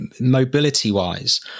mobility-wise